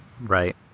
right